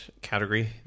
category